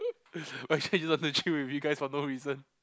I actually love to chill with you guys for no reason